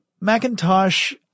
Macintosh